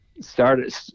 Started